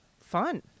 fun